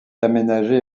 aménagé